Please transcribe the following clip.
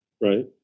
Right